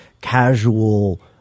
casual